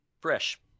Fresh